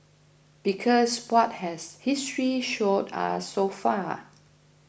because what has history showed us so far